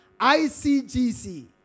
ICGC